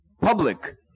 public